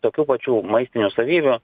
tokių pačių maistinių savybių